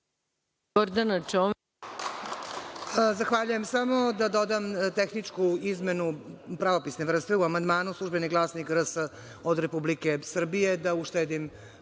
Zahvaljujem. Samo da dodam tehničku izmenu pravopisne vrste. U amandmanu – „Službeni glasnik RS“ od Republike Srbije,